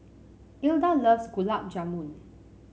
Ilda loves Gulab Jamun